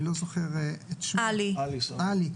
עלי,